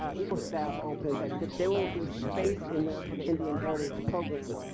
ah eaglestaff opens that that there will be space in there for the indian heritage program.